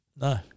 No